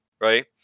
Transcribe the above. right